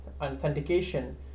authentication